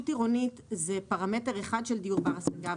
עירונית זה פרמטר אחד של דיור בר השגה,